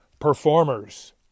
performers